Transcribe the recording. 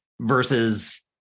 versus